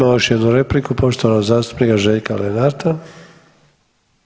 Imamo još jednu repliku poštovanog zastupnika Željka Lenarta.